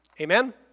amen